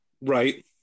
Right